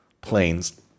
planes